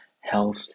health